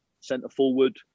centre-forward